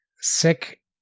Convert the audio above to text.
sick